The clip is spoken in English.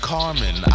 Carmen